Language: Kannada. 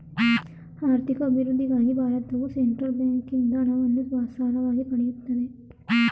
ಆರ್ಥಿಕ ಅಭಿವೃದ್ಧಿಗಾಗಿ ಭಾರತವು ಸೆಂಟ್ರಲ್ ಬ್ಯಾಂಕಿಂದ ಹಣವನ್ನು ಸಾಲವಾಗಿ ಪಡೆಯುತ್ತದೆ